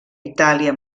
itàlia